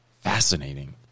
Fascinating